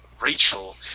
Rachel